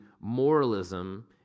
moralism